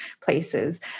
places